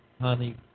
honey